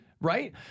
Right